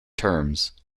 terms